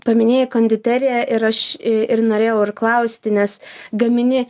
paminėjai konditeriją ir aš ir norėjau ir klausti nes gamini